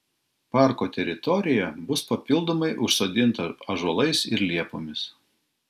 parko teritorija bus papildomai užsodinta ąžuolais ir liepomis